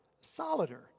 solider